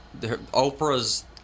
Oprah's